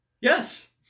Yes